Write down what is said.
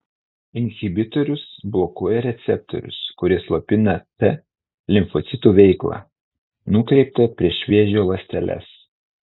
inhibitorius blokuoja receptorius kurie slopina t limfocitų veiklą nukreiptą prieš vėžio ląsteles